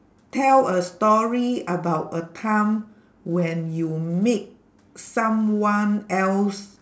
tell a story about a time when you made someone else